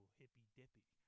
hippy-dippy